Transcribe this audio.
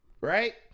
right